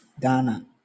Ghana